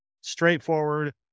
Straightforward